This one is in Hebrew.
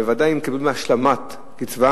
ובוודאי אם הם מקבלים השלמת קצבה,